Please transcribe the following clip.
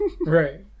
Right